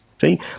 See